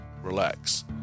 relax